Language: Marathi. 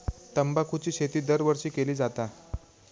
तंबाखूची शेती दरवर्षी केली जाता